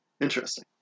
Interesting